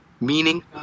Meaning